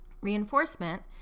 Reinforcement